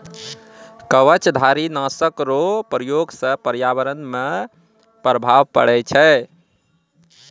कवचधारी नाशक रो प्रयोग से प्रर्यावरण मे प्रभाव पड़ै छै